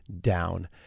down